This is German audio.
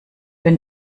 wenn